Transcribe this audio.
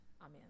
amen